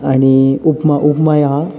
आनी उपमा उपमाय आहा